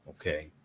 Okay